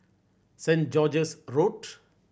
Saint George's Road